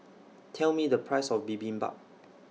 Tell Me The Price of Bibimbap